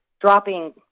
dropping